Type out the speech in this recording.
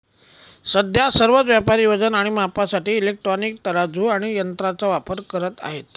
सध्या सर्वच व्यापारी वजन आणि मापासाठी इलेक्ट्रॉनिक तराजू आणि यंत्रांचा वापर करत आहेत